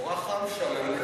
נורא חם שם.